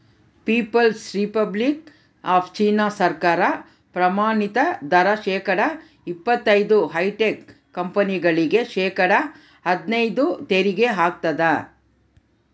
people's republic of China ಸರ್ಕಾರ ಪ್ರಮಾಣಿತ ದರ ಶೇಕಡಾ ಇಪ್ಪತೈದು ಹೈಟೆಕ್ ಕಂಪನಿಗಳಿಗೆ ಶೇಕಡಾ ಹದ್ನೈದು ತೆರಿಗೆ ಹಾಕ್ತದ